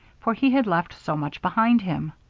for he had left so much behind him.